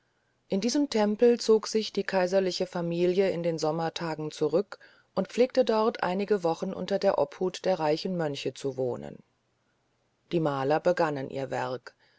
in diesen tempel zog sich die kaiserliche familie in den sommertagen zurück und pflegte dort einige wochen unter der obhut der reichen mönche zu wohnen die maler begannen ihr werk